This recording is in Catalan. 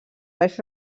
baix